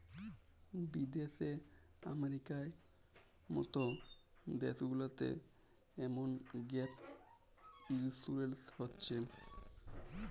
বিদ্যাশে আমেরিকার মত দ্যাশ গুলাতে এমল গ্যাপ ইলসুরেলস হছে